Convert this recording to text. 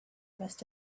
must